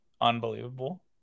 unbelievable